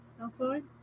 outside